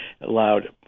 allowed